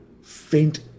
faint